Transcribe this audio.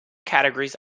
categories